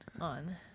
on